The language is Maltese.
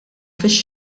fix